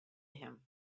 him